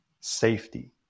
safety